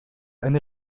eine